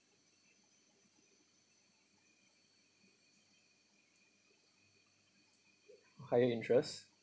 higher interest